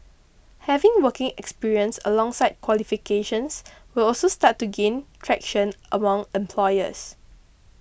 having working experience alongside qualifications will also start to gain traction among employers